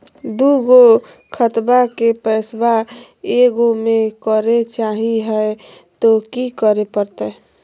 दू गो खतवा के पैसवा ए गो मे करे चाही हय तो कि करे परते?